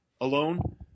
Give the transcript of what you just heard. alone